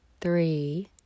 three